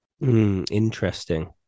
Interesting